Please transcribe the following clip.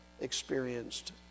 experienced